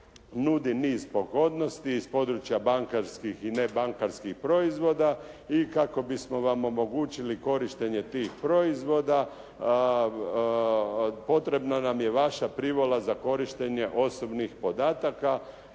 nudi niz pogodnosti iz područja bankarskih i nebankarskih proizvoda i kako bismo vam omogućili korištenje tih proizvoda potrebna nam je vaša privola za korištenje osobnih podataka